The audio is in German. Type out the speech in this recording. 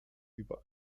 über